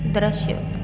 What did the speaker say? दृश्य